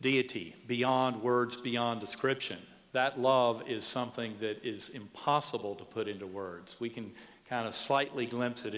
deity beyond words beyond description that love is something that is impossible to put into words if we can kind of slightly glimpse it